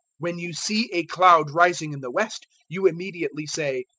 when you see a cloud rising in the west, you immediately say,